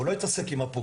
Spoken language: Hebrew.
הוא לא יתעסק עם הפוגע,